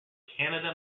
canada